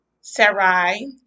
Sarai